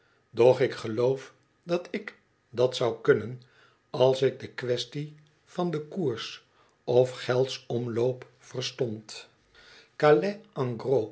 doch ik geloof dat ik dat zou kunnen als ik dequaestie van den koers of geldsomloop verstond